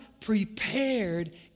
prepared